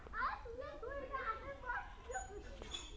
Account থাকি কি TV bill দেওয়া যাবে?